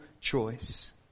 choice